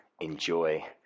enjoy